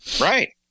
Right